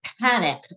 panic